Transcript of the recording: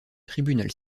tribunal